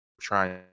trying